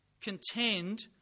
contend